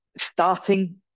starting